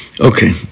Okay